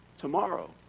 tomorrow